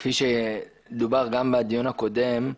כפי שדובר גם בדיון הקודם,